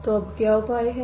तो अब क्या उपाय है